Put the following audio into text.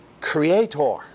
creator